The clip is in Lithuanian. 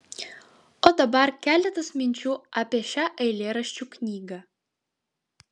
o dabar keletas minčių apie šią eilėraščių knygą